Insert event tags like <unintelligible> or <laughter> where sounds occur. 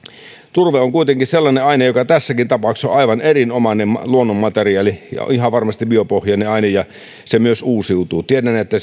turve on kuitenkin sellainen aine joka tässäkin tapauksessa on aivan erinomainen luonnonmateriaali ja ihan varmasti biopohjainen aine ja se myös uusiutuu tiedän että <unintelligible>